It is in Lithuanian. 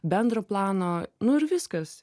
bendro plano nu ir viskas